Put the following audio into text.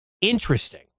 interesting